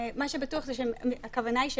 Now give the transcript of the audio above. מה שבטוח הוא שהכוונה היא שהם,